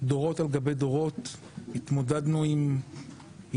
דורות על גבי דורות, התמודדנו עם חוסר,